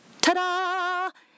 Ta-da